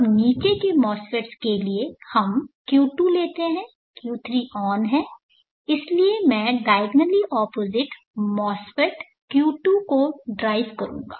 अब नीचे के MOSFETs के लिए हम Q2 लेते हैं Q3 ऑन है इसलिए मैं डायगनेली ऑपोजिट MOSEFT Q2 को ड्राइव करूंगा